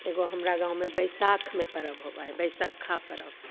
एगो हमरा गाममे बैसाखमे परब होबै हइ बैसक्खा परब